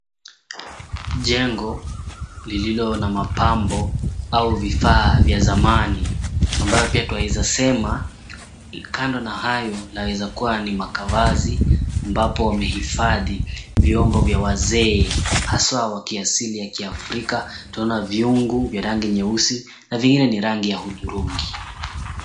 Jengo lililo na mapambo au vifaa vya zamani ambayo pia twaeza sema kando na hayo inaweza kuwa ni makavazi, ambapo wamehifadhi viombo vya wazee haswa wa kiasili ya kiafrika twaona vyungu vya rangi nyeusi na vingine ni rangi ya hudhurungi.